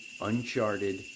uncharted